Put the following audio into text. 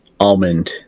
Almond